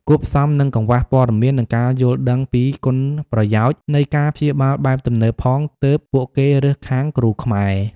គួបផ្សំនឹងកង្វះព័ត៌មាន និងការយល់ដឹងពីគុណប្រយោជន៍នៃការព្យាបាលបែបទំនើបផង ទើបពួកគេរើសខាងគ្រូខ្មែរ។